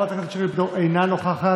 אינה נוכחת.